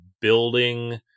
building